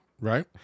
right